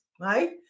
right